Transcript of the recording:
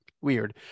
weird